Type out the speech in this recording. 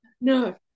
No